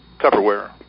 Tupperware